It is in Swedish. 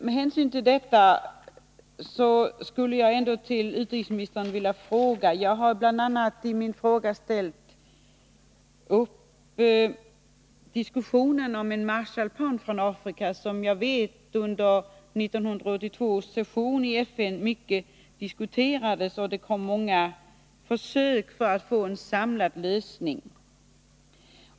Jag har i min fråga tagit upp tanken på en Marshallplan för Afrika, en fråga som jag vet diskuterades under 1982 års session i FN. Många försök gjordes att få en samlad lösning.